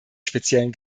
speziellen